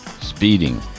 Speeding